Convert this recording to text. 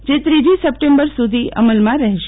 જે ત્રીજી સપ્ટેમ્બર સુધી અમલમાં રહેશે